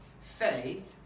faith